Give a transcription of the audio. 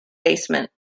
basement